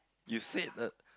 you said the